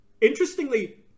Interestingly